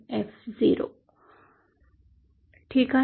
हे सगळं होतं ठीक आहे